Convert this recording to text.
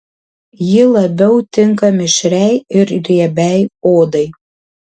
ji labiau tinka mišriai ir riebiai odai